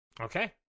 Okay